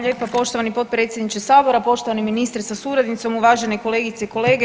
lijepa poštovani potpredsjedniče Sabora, poštovani ministre sa suradnicom, uvažene kolegice i kolege.